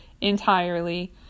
entirely